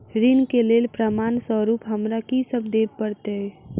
ऋण केँ लेल प्रमाण स्वरूप हमरा की सब देब पड़तय?